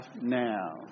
now